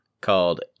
called